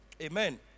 Amen